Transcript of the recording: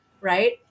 right